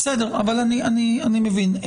אבל אני מבין.